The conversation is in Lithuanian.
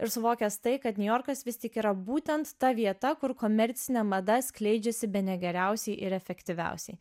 ir suvokęs tai kad niujorkas vis tik yra būtent ta vieta kur komercinė mada skleidžiasi bene geriausiai ir efektyviausiai